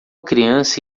criança